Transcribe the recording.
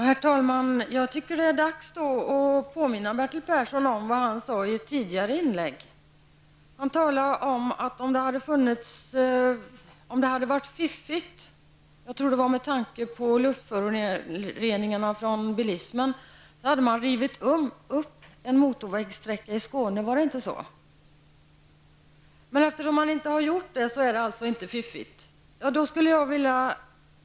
Herr talman! Jag tycker att det är dags att påminna Bertil Persson om vad han sade i ett tidigare inlägg. Han sade att om det hade varit fiffigt -- jag tror att det var med tanke på luftföroreningarna från bilismen -- hade man rivit upp en motorvägssträcka i Skåne. Var det inte så? Men eftersom man inte har gjort det, är det alltså inte fiffigt!